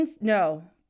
no